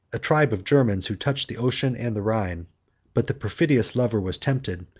a tribe of germans who touched the ocean and the rhine but the perfidious lover was tempted,